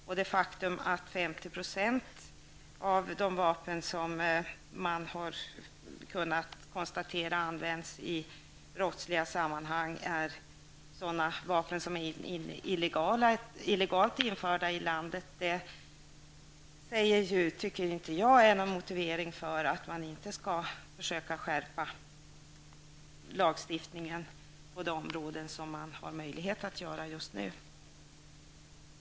Man har kunnat konstatera att 50 % av vapnen som används i brottsliga sammanhang är införda illegalt, men detta motiverar ju inte att man inte skall försöka skärpa lagstiftningen på det område som man nu har möjlighet att göra det på.